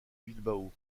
bilbao